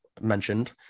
mentioned